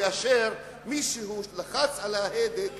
כאשר מישהו לחץ על ההדק